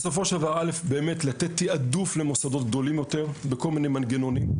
בסופו של דבר יש לתת תעדוף למוסדות גדולים יותר בכל מיני מנגנונים.